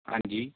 ਹਾਂਜੀ